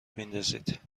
میندازید